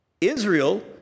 Israel